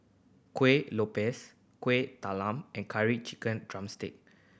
Kueh Lopes Kueh Talam and Curry Chicken drumstick